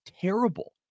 terrible